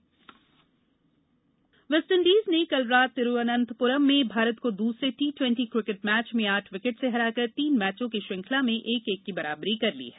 cricket West Indies ने कल रात तिरुअनंतपुरम में भारत को दूसरे टी ट्वेन्टी क्रिकेट मैच में आठ विकेट से हराकर तीन मैचों की श्रुखंला में एक एक की बराबरी कर ली है